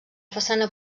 façana